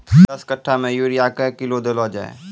दस कट्ठा मे यूरिया क्या किलो देलो जाय?